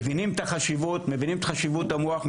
מבינים את חשיבות המוח,